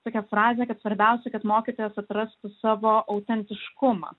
tokia frazė kad svarbiausia kad mokytojas atrastų savo autentiškumą